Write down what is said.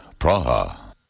Praha